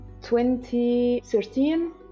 2013